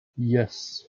yes